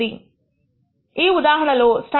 5 తీసుకుంటే ఈ విలువ ఏమి ఏమైనా ఇలా అవుతుంది